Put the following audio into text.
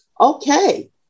Okay